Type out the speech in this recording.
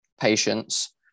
patients